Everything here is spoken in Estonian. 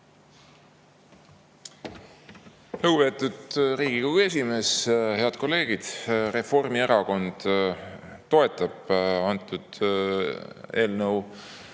Lugupeetud Riigikogu esimees! Head kolleegid! Reformierakond toetab antud eelnõu